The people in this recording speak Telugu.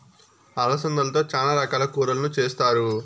అలసందలతో చానా రకాల కూరలను చేస్తారు